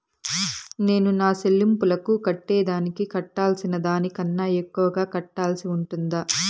నేను నా సెల్లింపులకు కట్టేదానికి కట్టాల్సిన దానికన్నా ఎక్కువగా కట్టాల్సి ఉంటుందా?